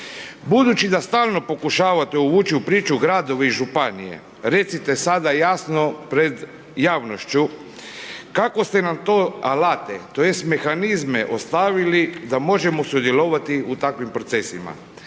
Budući da stalno pokušavate uvući u priču gradove i županije, recite sada jasno pred javnošću, kakve ste nam to alate tj. mehanizme ostavili da možemo sudjelovati u takvim procesima.